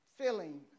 filling